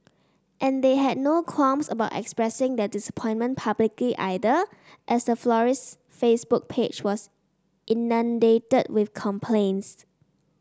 and they had no qualms about expressing their disappointment publicly either as the florist's Facebook page was inundated with complaints